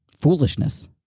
foolishness